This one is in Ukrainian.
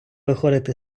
виходити